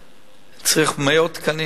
צריך מאות תקנים,